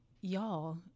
y'all